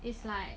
it's like